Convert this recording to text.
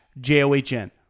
j-o-h-n